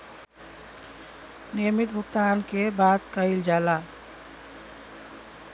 नियमित भुगतान के बात कइल जाला